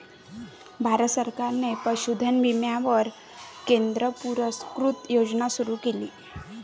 भारत सरकारने पशुधन विम्यावर केंद्र पुरस्कृत योजना सुरू केली